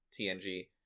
TNG